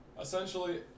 essentially